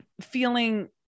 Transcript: feeling